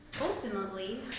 ultimately